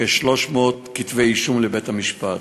כ-300 כתבי-אישום לבית-המשפט.